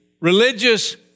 religious